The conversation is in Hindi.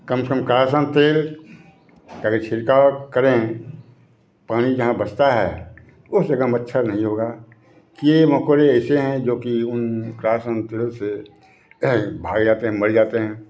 कम से कम क्रासन तेल का जो छीड़काव करें पानी जहाँ बसता है उस जगह मच्छर नहीं होगा कीड़े मकौड़े ऐसे हैं जो की उन क्रासन तेल से भाग जाते हैं मर जाते हैं